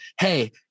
Hey